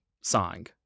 song